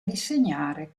disegnare